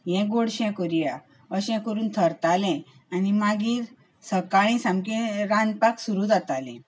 हें गोडशें करुया अशें करून थरतालें आनी मागीर सकाळीं सामकें रांदपाक सुरू जातालें